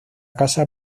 casa